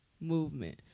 movement